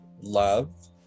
love